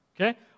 Okay